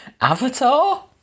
Avatar